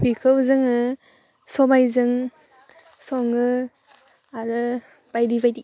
बिखौ जोङो सबाइजों सङो आरो बायदि बायदि